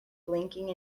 blinking